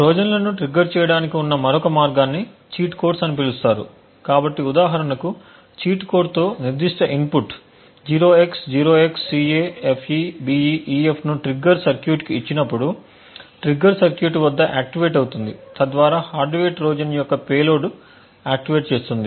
ట్రోజన్లను trigger చేయడానికి ఉన్న మరొక మార్గాన్ని చీట్ కోడ్స్ అని పిలుస్తారు కాబట్టి ఉదాహరణకు చీట్ కోడ్తో నిర్దిష్ట ఇన్పుట్ 0x0XCAFEBEEF ను ట్రిగ్గర్ సర్క్యూట్కు ఇచ్చినప్పుడు ట్రిగ్గర్ సర్క్యూట్ వద్ద ఆక్టివేట్ అవుతుంది తద్వారా హార్డ్వేర్ ట్రోజన్ యొక్క పేలోడ్ను ఆక్టివేట్ చేస్తుంది